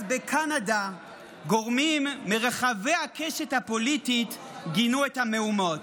אז בקנדה גורמים מרחבי הקשת הפוליטית גינו את המהומות,